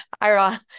Ira